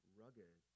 rugged